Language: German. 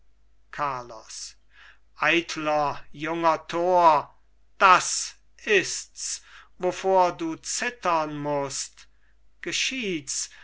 carlos eitler junger tor das ists wovor du zittern mußt geschiehts